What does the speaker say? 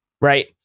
Right